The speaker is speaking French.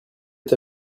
est